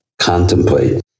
contemplate